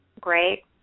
Great